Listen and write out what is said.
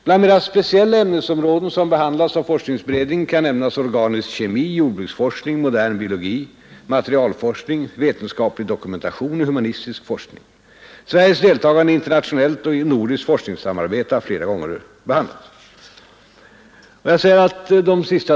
Vid forskningsrådens bedömningar av ansökningar om ekonomiskt stöd är det vetenskapliga värdet av olika projekt ett väsentligt kriterium.